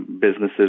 businesses